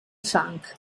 funk